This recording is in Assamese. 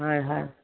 হয় হয়